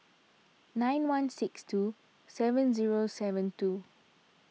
nine one six two seven zero seven two